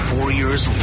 Warriors